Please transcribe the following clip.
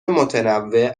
متنوع